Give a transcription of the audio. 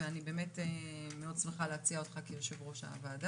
ואני באמת שמחה להציע אותך כיו"ר ועדה.